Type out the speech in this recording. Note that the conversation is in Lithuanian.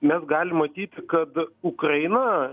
mes galim matyt kad ukraina